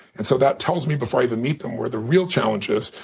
and so that tells me before i even meet them where the real challenge is,